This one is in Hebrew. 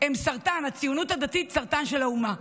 הם סרטן, הציונות הדתית סרטן של האומה.